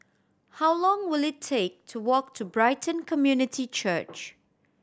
how long will it take to walk to Brighton Community Church